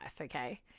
okay